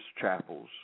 chapels